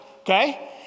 okay